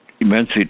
immensely